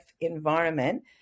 environment